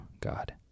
God